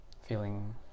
Feeling